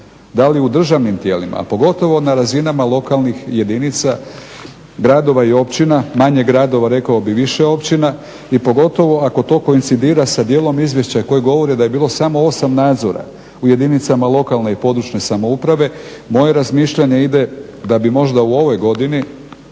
Da li u državnim tijelima pogotovo na razinama lokalnih jedinica, gradova i općina manje gradova rekao bih, više općina, i pogotovo ako to koincidira sa dijelom izvješća koje govori da je bilo samo 8 nadzora u jedinice lokalne i područne samouprave? Moje razmišljanje ide da bi možda u ovoj godini